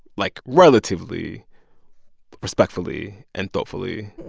like, relatively respectfully and thoughtfully?